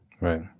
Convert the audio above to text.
right